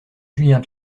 julien